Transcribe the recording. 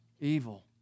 evil